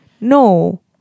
No